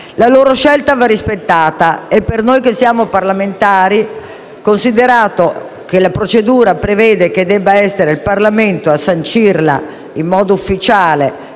La loro scelta va rispettata e, per noi che siamo parlamentari, onorata, considerato che la procedura prevede che debba essere il Parlamento a sancirla in modo ufficiale,